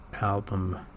album